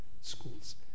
schools